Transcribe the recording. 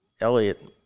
Elliot